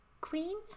Queen